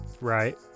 Right